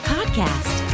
Podcast